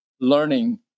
learning